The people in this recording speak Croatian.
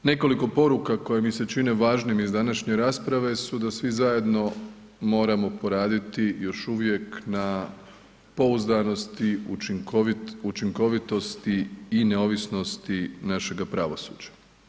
Nekoliko poruka koje mi se čine važnim iz današnje rasprave su da svi zajedno moramo poraditi još uvijek na pouzdanosti, učinkovitosti i neovisnosti našega pravosuđa.